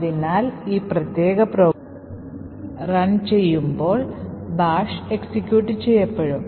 അതിനാൽ ഈ പ്രത്യേക പ്രോഗ്രാം റൺ ചെയ്യുമ്പോൾ bash എക്സിക്യൂട്ട് ചെയ്യപ്പെടും